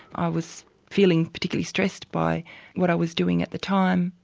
i was feeling particularly stressed by what i was doing at the time,